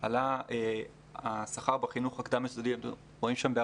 עלה השכר בחינוך הקדם יסודי ב-46%,